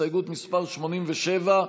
הסתייגות מס' 87,